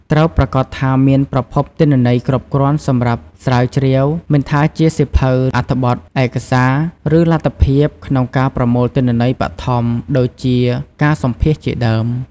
ត្រូវប្រាកដថាមានប្រភពទិន្នន័យគ្រប់គ្រាន់សម្រាប់ស្រាវជ្រាវ មិនថាជាសៀវភៅ អត្ថបទ ឯកសារ ឬលទ្ធភាពក្នុងការប្រមូលទិន្នន័យបឋម ដូចជាការសម្ភាសន៍ជាដើម។